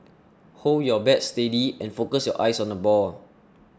hold your bat steady and focus your eyes on the ball